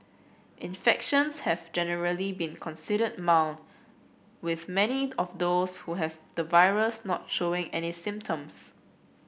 infections have generally been considered mild with many of those who have the virus not showing any symptoms